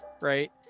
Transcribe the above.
Right